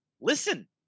listen